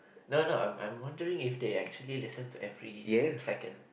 no no I'm I'm wondering if they actually listen to every second